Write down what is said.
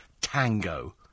Tango